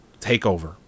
takeover